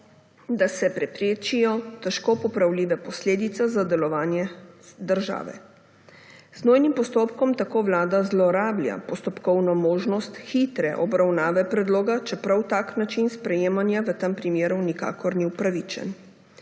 da se preprečijo težko popravljive posledice za delovanje države. Z nujnim postopkom tako vlada zlorablja postopkovno možnost hitre obravnave predloga, čeprav tak način sprejemanja v tem primeru nikakor ni upravičen.